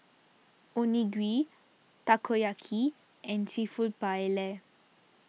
Onigiri Takoyaki and Seafood Paella